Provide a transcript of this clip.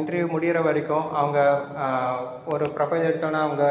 interview முடியுற வரைக்கும் அவங்க ஒரு ப்ரொஃபைல் எடுத்தோம்னா அவங்க